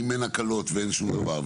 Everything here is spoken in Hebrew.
אם אין הקלות ואין שום דבר,